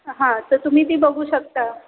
हां तर तुम्ही ती बघू शकता